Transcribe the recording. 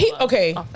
okay